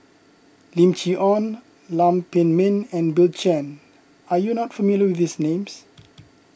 Lim Chee Onn Lam Pin Min and Bill Chen are you not familiar with these names